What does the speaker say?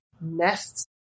nests